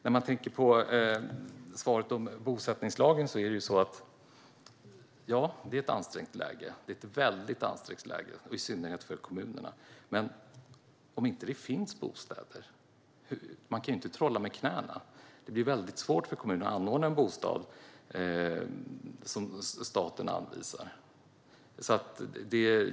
När det gäller bosättningslagen vill jag säga: Ja, det är ett väldigt ansträngt läge, i synnerhet för kommunerna. Men de kan ju inte trolla med knäna. Vad ska de göra om det inte finns bostäder? Det blir väldigt svårt för kommunerna att anordna en bostad som staten anvisar.